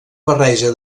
barreja